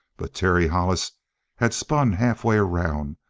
but terry hollis had spun halfway around,